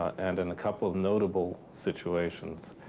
and in a couple of notable situations,